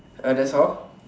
uh that's all